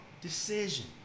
decision